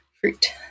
fruit